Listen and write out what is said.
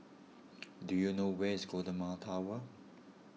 do you know where is Golden Mile Tower